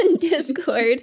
discord